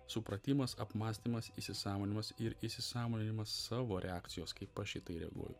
supratimas apmąstymas įsisąmoninimas ir įsisąmoninimas savo reakcijos kaip aš į tai reaguoju